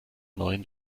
neuen